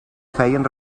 feien